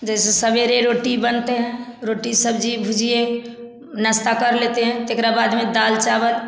जैसे सवेरे रोटी बनते है रोटी सब्जी भुजिए नाश्ता कर लेते हैं ता इसके बाद में दाल चावल